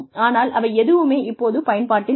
ஆனால் அவை எதுவுமே இப்போது பயன்பாட்டில் இல்லை